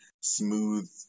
smooth